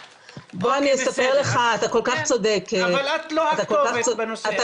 אבל את לא הכתובת בנושא.